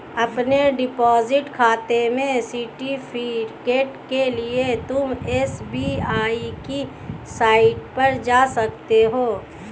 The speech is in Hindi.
अपने डिपॉजिट खाते के सर्टिफिकेट के लिए तुम एस.बी.आई की साईट पर जा सकते हो